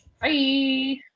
Bye